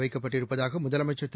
வைக்கப்பட்டிருப்பதாக முதலமைச்சர் திரு